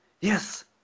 Yes